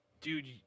dude